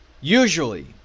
usually